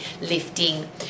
lifting